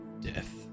Death